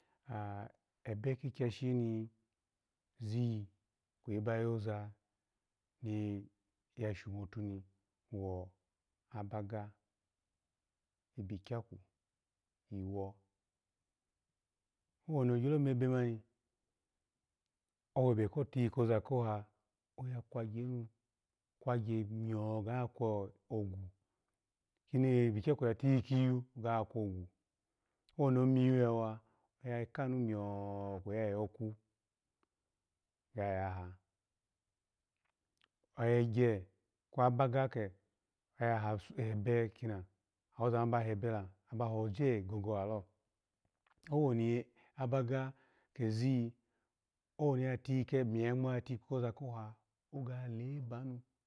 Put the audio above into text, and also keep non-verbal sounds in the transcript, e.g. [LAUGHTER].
[HESITATION] ebe kigyashi nizgini kweyi ba yoza nisho motu woni abaga, ebi gyaku iwo, owoni ogyomebe mani, owebe ko tiyi koza kohaha, oya kwagyenu kwagy miyo, ga ga kuloagwu oni ebi gyaku yatiyi kiyu oga kwogwu oni ebi gyaku yatiyi kiyu oga kwogwu owoni omiyo ya alh, oya kanu miyo, kweyi ya yi ku, ya yoha, egye kwu abuga ke, oya ha su hebe kina, aheoza mani ba hebe kina aba hoje gogo lalo, awoni abaga kizi wo emeye ya ngma atiyi hoza koha oga le ban